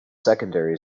secondary